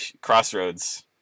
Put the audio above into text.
Crossroads